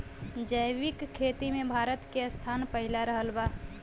जैविक खेती मे भारत के स्थान पहिला रहल बा